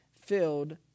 filled